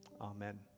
amen